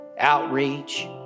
outreach